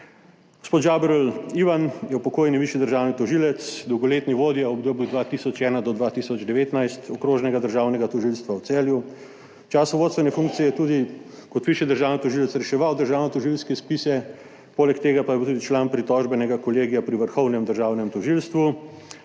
Gospod Ivan Žaberl je upokojeni višji državni tožilec, dolgoletni vodja, v obdobju od 2001 do 2019, Okrožnega državnega tožilstva v Celju. V času vodstvene funkcije je tudi kot višji državni tožilec reševal državnotožilske spise, poleg tega pa je bil tudi član pritožbenega kolegija pri Vrhovnem državnem tožilstvu,